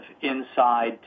inside